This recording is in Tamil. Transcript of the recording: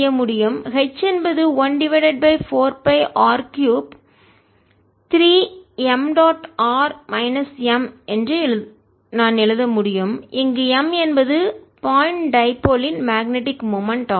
H என்பது 1 டிவைடட் பை 4 பைr3 3m dot r minus m என்று நான் எழுத முடியும் இங்கு m என்பது பாயிண்ட் டைபோல் புள்ளி இருமுனை யின் மேக்னெட்டிக் மொமெண்ட் ஆகும்